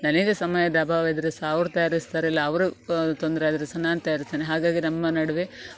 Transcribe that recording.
ನನಗೆ ಸಮಯದ ಅಭಾವ ಇದ್ರೂ ಸಹ ಅವ್ರು ತಯಾರಿಸ್ತಾರೆ ಇಲ್ಲ ಅವರು ತೊಂದರೆ ಆದರೆ ಸಹ ನಾನು ತಯಾರಿಸ್ತೇನೆ ಹಾಗಾಗಿ ನಮ್ಮ ನಡುವೆ